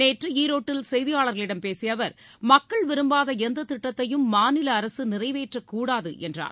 நேற்று ஈரோட்டில் செய்தியாளர்களிடம் பேசிய அவர் மக்கள் விரும்பாத எந்த திட்டத்தையும் மாநில அரசு நிறைவேற்றக்கூடாது என்றார்